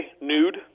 nude